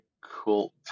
cool